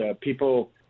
people –